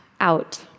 out